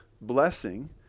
blessing